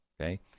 okay